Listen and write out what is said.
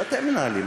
שאתם מנהלים.